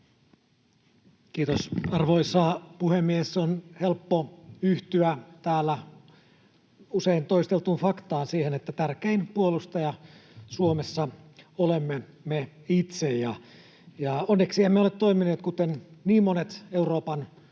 Kiitos, arvoisa puhemies! On helppo yhtyä täällä usein toisteltuun faktaan, siihen, että tärkein puolustaja Suomessa olemme me itse. Onneksi emme ole toimineet kuten niin monet Euroopan